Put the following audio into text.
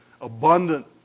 abundant